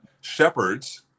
shepherds